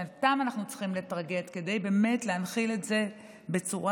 שאותם אנחנו צריכים לטרגט כדי באמת להנחיל את זה בצורה